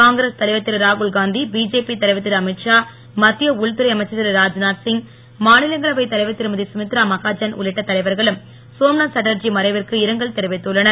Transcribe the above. காங்கிரஸ் தலைவர் திருராகுல் காந்தி பிஜேபி தலைவர் திருஅமித் ஷா மத்திய உள்துறை அமைச்சர் திருராஜ்நாத்சிங் மாநிலங்களவைத் தலைவர் திருமதிகமித்ரா மஹாஜன் உள்ளிட்ட தலைவர்களும் சோம்நாத் சாட்டர்ஜி மறைவிற்கு இரங்கல் தெரிவித்துளளனர்